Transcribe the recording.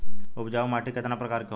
उपजाऊ माटी केतना प्रकार के होला?